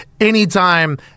anytime